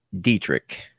Dietrich